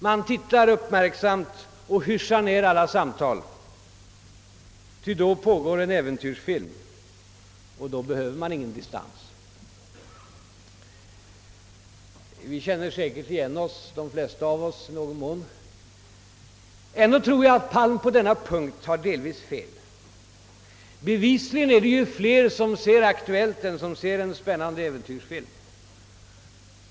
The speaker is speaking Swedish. Man tittar uppmärksamt och hyschar ned alla samtal — ty då pågår en äventyrsfilm, och då behöver man ingen distans. De flesta av oss känner härvidlag säkerligen igen sig i någon mån. Ändå tror jag att Palm på denna punkt har delvis fel. Bevisligen är det ju fler som ser Aktuellt än som ser en spännande äventyrsfilm.